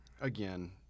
again